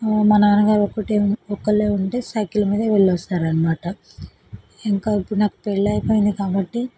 మా నాన్నగారు ఒక్కటే ఒక్కళ్ళే ఉంటే సైకిల్ మీదే వెళ్ళి వస్తారన్నమాట ఇంకా ఇప్పుడు నాకు పెళ్ళి అయిపోయింది కాబట్టి